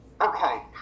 Okay